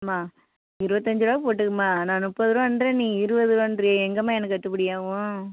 அம்மா இருபத்தஞ்சு ரூபா போட்டுக்கம்மா நான் முப்பது ரூபான்றேன் நீ இருபது ரூபான்றியே எங்கம்மா எனக்கு கட்டுப்படியாகும்